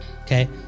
okay